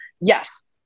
yes